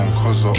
cause